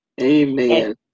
Amen